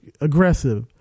aggressive